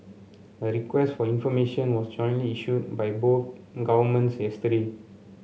a request for information was jointly issued by both governments yesterday